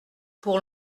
pour